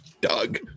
Doug